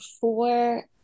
four